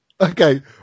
okay